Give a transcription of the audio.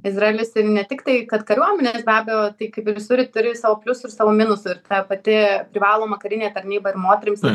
izraelis ir ne tiktai kad kariuomenės be abejo tai kaip ir visur ir turi savo pliusų ir savo minusų ir ta pati privaloma karinė tarnyba ir moterims ir